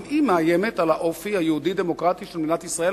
גם היא מאיימת על האופי היהודי-דמוקרטי של מדינת ישראל.